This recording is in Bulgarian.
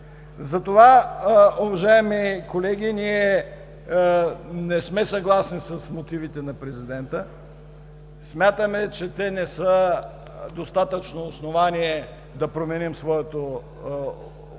Затова, уважаеми колеги, ние не сме съгласни с мотивите на президента. Смятаме, че те не са достатъчно основание да променим своето